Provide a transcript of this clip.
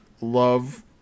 love